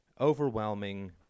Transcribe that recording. overwhelming